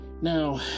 Now